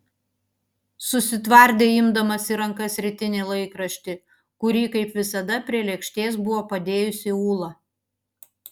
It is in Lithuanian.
susitvardė imdamas į rankas rytinį laikraštį kurį kaip visada prie lėkštės buvo padėjusi ūla